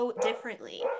differently